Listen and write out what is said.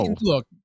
look